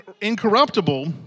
incorruptible